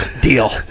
Deal